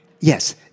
yes